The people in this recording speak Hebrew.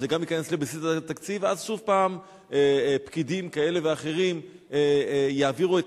שזה גם ייכנס לבסיס התקציב ואז שוב פקידים כאלה ואחרים יעבירו את